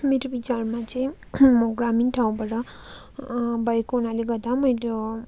मेरो विचारमा चाहिँ म ग्रामीण ठाउँबाट भएको हुनाले गर्दा मेरो